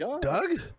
Doug